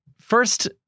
first